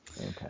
Okay